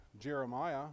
Jeremiah